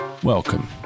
Welcome